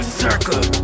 circle